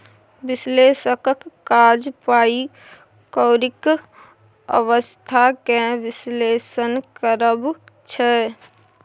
बिश्लेषकक काज पाइ कौरीक अबस्था केँ बिश्लेषण करब छै